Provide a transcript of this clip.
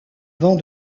vent